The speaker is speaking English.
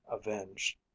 avenged